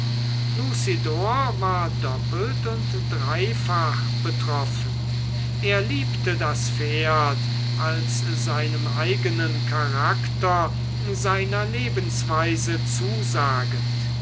war doppelt und dreifach betroffen er liebte das pferd als seinem eigenen charakter seiner lebensweise zusagend